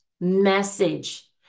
message